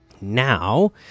now